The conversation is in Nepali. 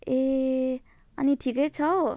ए अनि ठिकै छौ